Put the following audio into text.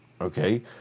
Okay